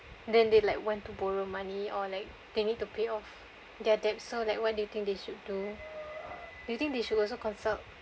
then they like went to borrow money or like they need to pay off their debts so like why do you think they should dodo you think they should also consult